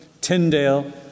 Tyndale